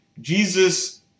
Jesus